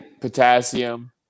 Potassium